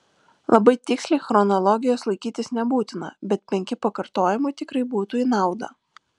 labai tiksliai chronologijos laikytis nebūtina bet penki pakartojimai tikrai būtų į naudą